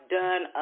done